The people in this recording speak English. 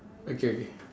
okay okay